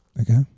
Okay